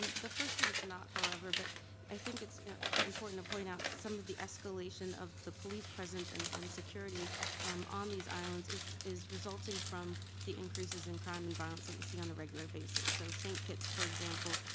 um the first one is not, however, but i think it's important to point out some of the escalation of the police presence and and security on these islands is is resulting from the increases in crime and violence that we see on a regular basis. so st. kitt's, for example,